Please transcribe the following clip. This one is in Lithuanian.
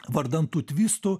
vardan tų tvistų